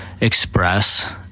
express